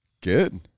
Good